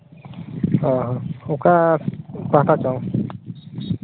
ᱚᱸᱻ ᱚᱠᱟ ᱯᱟᱦᱴᱟ ᱪᱚᱝ